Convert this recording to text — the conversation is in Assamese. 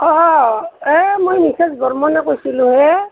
অ এই মই মিছেছ বৰ্মনে কৈছিলোঁ হে